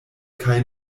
kaj